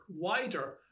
wider